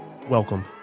Welcome